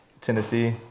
Tennessee